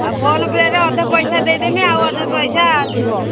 ଆଉ ଫୋନ୍ ପେରେ ଅଧେ ପଇସା ଦେଇଦେବି ଆଉ ଅଧେ ପଇସା ଥିବ